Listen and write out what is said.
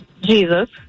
Jesus